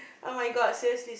oh-my-God seriously